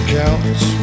counts